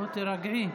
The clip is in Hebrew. תירגעי.